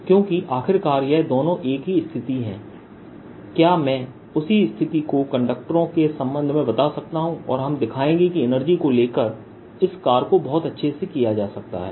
क्योंकि आखिरकार यह दोनों एक ही स्थिति है क्या मैं उसी स्थिति को कंडक्टरों के संबंध में बता सकता हूं और हम दिखाएंगे कि एनर्जी को लेकर इस कार्य को बहुत अच्छे से किया जा सकता है